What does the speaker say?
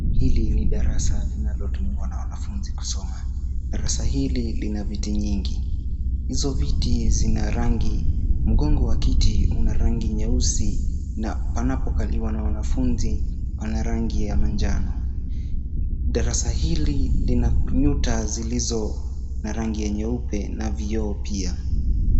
Hili ni darasa linalotumiwa na wanafunzi kusoma. Darasa hili lina viti nyingi. Hizo viti zina rangi, mgongo wa kitu una rangi nyeusi na panapokaliwa na wanafunzi pana rangi ya manjano. Darasa hili lina nyuta zilizo na rangi nyeupe na vioo pia.